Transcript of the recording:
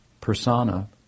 persona